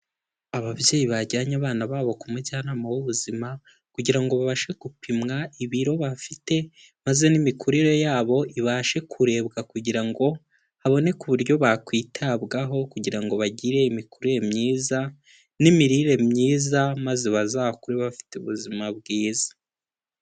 Ababyeyi bajyanye abana babo ku mujyanama w'ubuzima kugira ngo babashe gupimwa ibiro bafite maze n'imikurire yabo ibashe kurebwa kugira ngo haboneke uburyo bakwitabwaho kugira ngo bagire imikurire myiza n'imirire myiza maze bazakure bafite ubuzima bwiza.